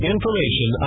information